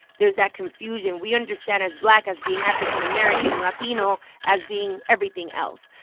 there's that confusion. we understand as black as being african-american and latino as being everything else.